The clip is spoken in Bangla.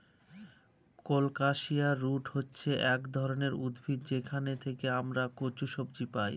কোলকাসিয়া রুট হচ্ছে এক ধরনের উদ্ভিদ যেখান থেকে আমরা কচু সবজি পাই